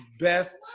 best